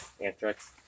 anthrax